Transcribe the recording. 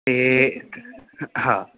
ਅਤੇ ਹਾਂ